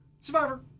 Survivor